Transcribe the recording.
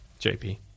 JP